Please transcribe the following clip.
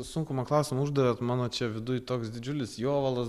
sunkų man klausimą uždavėt mano čia viduj toks didžiulis jovalas